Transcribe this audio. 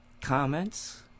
Comments